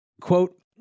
quote